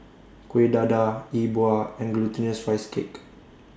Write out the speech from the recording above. Kueh Dadar E Bua and Glutinous Rice Cake